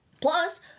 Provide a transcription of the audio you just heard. plus